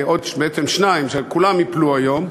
בעצם שניים, שכולם ייפלו היום,